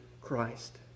Christ